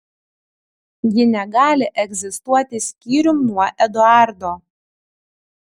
ji negali egzistuoti skyrium nuo eduardo